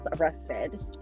arrested